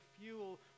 fuel